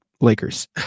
Lakers